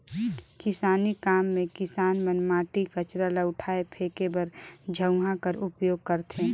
किसानी काम मे किसान मन माटी, कचरा ल उठाए फेके बर झउहा कर उपियोग करथे